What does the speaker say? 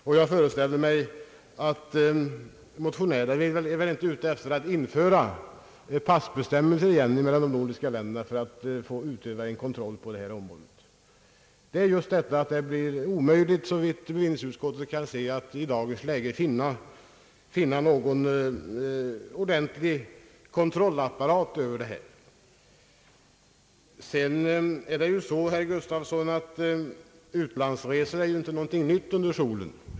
Och jag föreställer mig att motionärerna inte är ute efter att återinföra passbestämmelser mellan de nordiska länderna för att en kontroll på detta område skall bli möjlig. Svårigheten är alltså, såvitt utskottet kan se, att i dagens läge åstadkomma en ordentlig kontrollapparat. Utlandsresor är ju heller ingenting nytt under solen, herr Gustafsson.